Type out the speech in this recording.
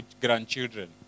grandchildren